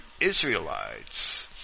Israelites